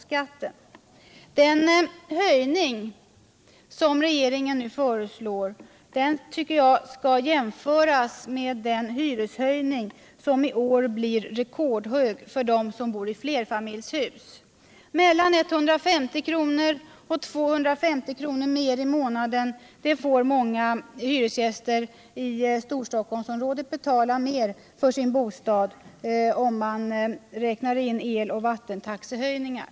Nr 56 Den höjning som regeringen nu föreslår skall jämföras med den hy Lördagen den reshöjning som i år blir rekordhög för dem som bor i flerfamiljshus. — 17 december 1977 Mellan 150 och 250 kr. mer i månaden får många hyresgäster i Stor= = stockholmsområdet betala för sin bostad om man räknar in eloch vat — Beskattningen av tentaxehöjningar.